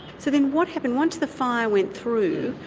so then what happened? once the fire went through,